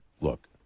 look